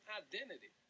identity